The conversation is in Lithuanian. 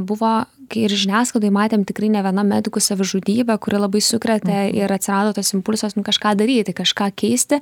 buvo kai ir žiniasklaidoj matėm tikrai ne viena medikų savižudybė kuri labai sukrėtė ir atsirado tas impulsas nu kažką daryti kažką keisti